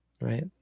right